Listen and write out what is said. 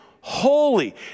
holy